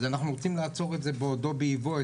אז אנחנו רוצים לעצור את הבעיה הזאת בעודה באיבה.